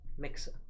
Mixer